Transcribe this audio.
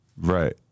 Right